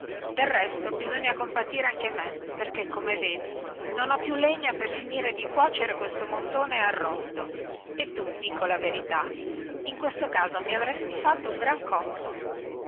del resto bisogna compatire anche me perché come vedi non ho più legna per finire di cuocere quel montone arrosto e tu dico la verità in questo caso mi avresti fatto un gran comodo